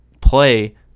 play